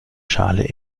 schale